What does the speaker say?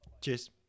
Cheers